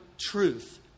truth